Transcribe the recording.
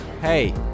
Hey